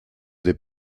des